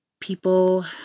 People